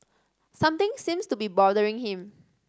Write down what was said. something seems to be bothering him